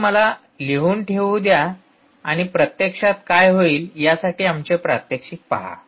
तर मला लिहून ठेवू द्या आणि प्रत्यक्षात काय होईल यासाठी आमचे प्रात्यक्षिक पहा